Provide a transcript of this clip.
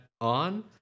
on